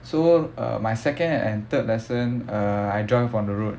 so uh my second and third lesson err I drive on the road